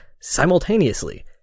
simultaneously